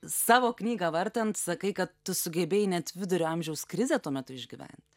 savo knygą vartant sakai kad tu sugebėjai net vidurio amžiaus krizę tuo metu išgyvent